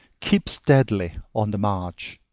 keep steadily on the march.